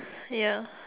ya